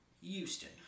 Houston